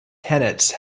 tenets